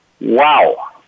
Wow